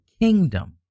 kingdom